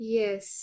yes